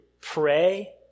pray